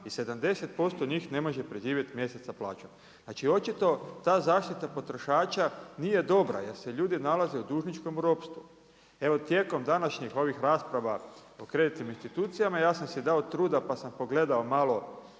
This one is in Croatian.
i 70% njih ne može preživjet mjesec sa plaćom. Znači očito ta zaštita potrošača nije dobra jer se ljudi nalaze u dužničkom ropstvu. Evo tijekom današnjih ovih rasprava o kreditnim institucijama ja sam si dao truda pa sam pogledao malo